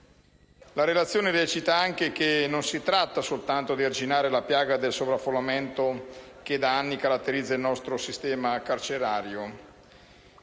La relazione recita anche che non si tratta soltanto di arginare la piaga del sovraffollamento che da anni caratterizza il nostro sistema carcerario